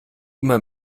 immer